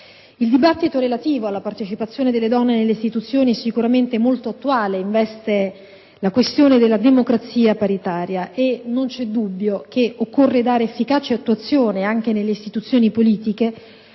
Il dibattito relativo alla partecipazione delle donne nelle istituzioni sicuramente è molto attuale; investe la questione della democrazia paritaria e non c'è dubbio che occorre dare efficace attuazione anche nelle istituzioni politiche